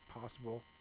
possible